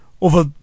Over